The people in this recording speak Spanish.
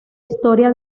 historia